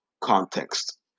context